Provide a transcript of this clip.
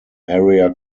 area